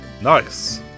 Nice